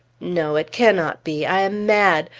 no! it cannot be! i am mad!